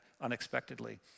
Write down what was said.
unexpectedly